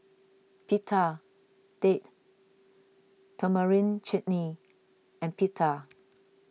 Pita Date Tamarind Chutney and Pita